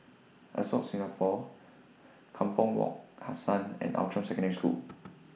Ascott Singapore Kampong Wak Hassan and Outram Secondary School